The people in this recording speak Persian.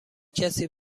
کسی